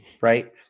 right